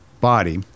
body